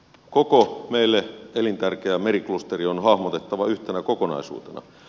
koko meille elintärkeä meriklusteri on hahmotettava yhtenä kokonaisuutena